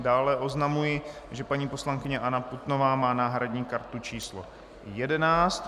Dále oznamuji, že paní poslankyně Anna Putnová má náhradní kartu číslo 11.